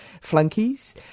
flunkies